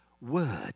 word